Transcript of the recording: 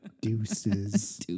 Deuces